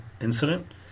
incident